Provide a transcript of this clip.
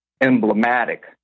emblematic